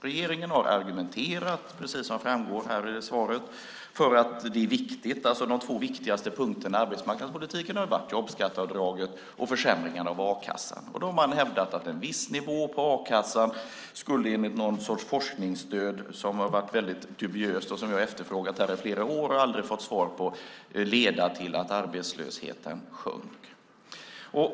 Regeringen har argumenterat, precis som framgår här i svaret, för att de två viktigaste punkterna i arbetsmarknadspolitiken har varit jobbskatteavdraget och försämringen av a-kassan. Man har hävdat att en viss nivå på a-kassan enligt någon sorts forskningsstöd som har varit väldigt dubiöst - och som jag har efterfrågat i flera år och aldrig fått besked om - skulle leda till att arbetslösheten sjönk.